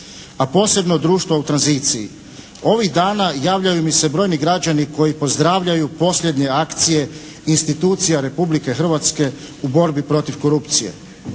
a posebno društva u tranziciji. Ovih dana javljaju mi se brojni građani koji pozdravljaju posljednje akcije institucija Republike Hrvatske u borbi protiv korupcije.